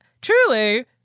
truly